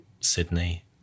Sydney